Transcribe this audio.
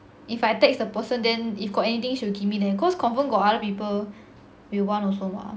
if I text the person then if got anything she will give me leh cause confirm got other people will want also mah